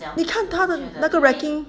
你看他的那个 rating